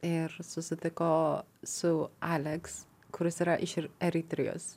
ir susitiko su aleks kuris yra iš eritrijos